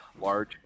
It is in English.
large